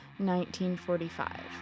1945